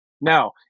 Now